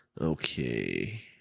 Okay